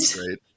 great